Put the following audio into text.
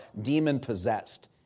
demon-possessed